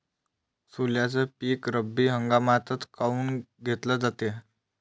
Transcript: सोल्याचं पीक रब्बी हंगामातच काऊन घेतलं जाते?